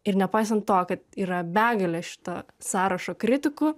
ir nepaisant to kad yra begalė šito sąrašo kritikų